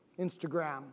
Instagram